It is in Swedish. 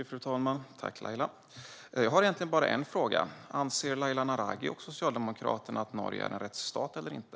Fru talman! Jag har egentligen bara en fråga: Anser Laila Naraghi och Socialdemokraterna att Norge är en rättsstat eller inte?